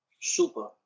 Super